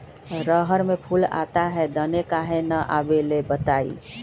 रहर मे फूल आता हैं दने काहे न आबेले बताई?